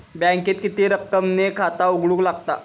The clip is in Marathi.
बँकेत किती रक्कम ने खाता उघडूक लागता?